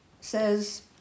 says